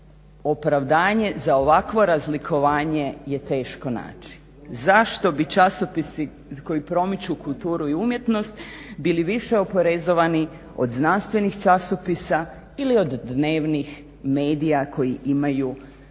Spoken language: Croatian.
opravdanje za ovakvo razlikovanje je teško naći. Zašto bi časopisi koji promiču kulturu i umjetnost bili više oporezovani od znanstvenih časopisa ili od dnevnih medija koji imaju u